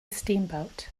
steamboat